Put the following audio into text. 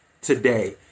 today